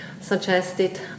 suggested